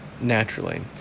naturally